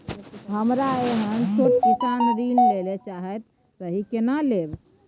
हमरा एहन छोट किसान ऋण लैले चाहैत रहि केना लेब?